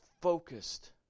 focused